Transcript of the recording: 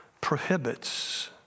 prohibits